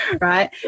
right